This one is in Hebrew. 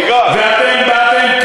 לא נכון, לא נכון.